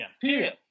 Period